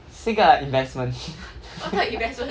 是个 investment